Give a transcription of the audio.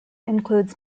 includes